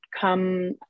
Come